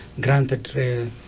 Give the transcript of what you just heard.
granted